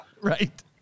Right